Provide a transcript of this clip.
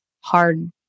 hard